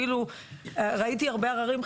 אפילו ראיתי הרבה עררים,